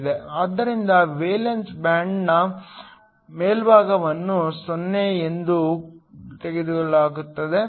ಆದ್ದರಿಂದ ವೇಲೆನ್ಸಿ ಬ್ಯಾಂಡ್ನ ಮೇಲ್ಭಾಗವನ್ನು 0 ಎಂದು ತೆಗೆದುಕೊಳ್ಳಲಾಗಿದೆ